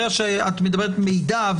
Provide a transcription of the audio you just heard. ברגע שאת מדברת על מידע,